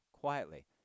quietly